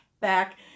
back